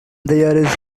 there’s